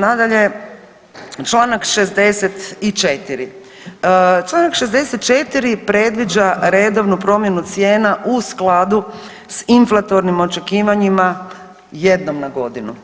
Nadalje, čl. 64., čl. 64. predviđa redovnu promjenu cijena u skladu s inflatornim očekivanjima jednom na godinu,